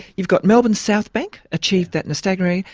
you've got melbourne's southbank achieved that in so like a.